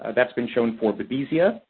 ah that's been shown for babesia,